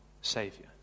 Savior